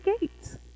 gates